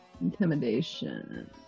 Intimidation